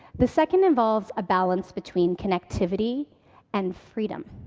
the second involves a balance between connectivity and freedom.